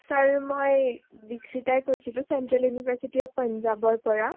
sir মই দিকশিতাই কৈছিলোঁ চেণ্ট্ৰেল ইউনিভাৰ্চিটি অফ পঞ্জাৱৰপৰা